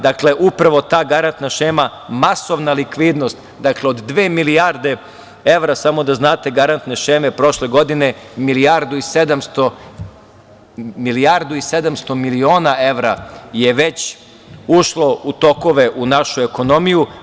Dakle, upravo ta garantna šema masovna likvidnost, dakle od dve milijarde evra, samo da znate, garantne šeme prošle godine milijardu i 700 miliona evra je već ušlo u tokove u našu ekonomiju.